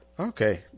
Okay